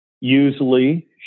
usually